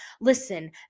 Listen